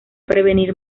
prevenir